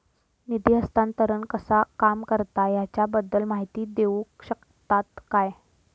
निधी हस्तांतरण कसा काम करता ह्याच्या बद्दल माहिती दिउक शकतात काय?